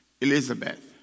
Elizabeth